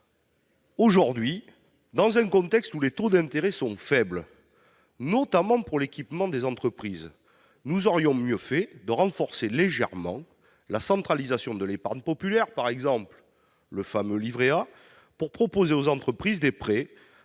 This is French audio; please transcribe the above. Aujourd'hui, dans un contexte où les taux d'intérêt sont faibles, notamment pour l'équipement des entreprises, nous aurions mieux fait de renforcer légèrement la centralisation de l'épargne populaire, par exemple autour du fameux livret A, pour proposer aux entreprises des prêts